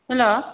hello